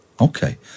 Okay